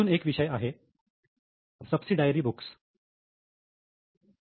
अजून एक विषय आहे सबसिडायरी बुक्स चा